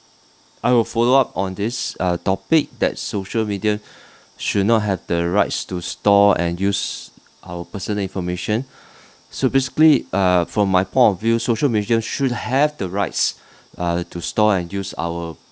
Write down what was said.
I will follow up on this uh topic that social media should not have the rights to store and use our personal information so basically uh from my point of view social media should have the rights uh to store and use our